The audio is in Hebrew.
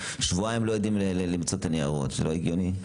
ושבועיים הם לא יודעים למצוא את הניירות שלא הגיוני.